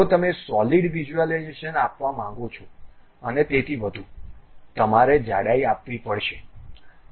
જો તમે solid visualisation આપવા માંગો છો અને તેથી વધુ તમારે જાડાઈ આપવી પડશે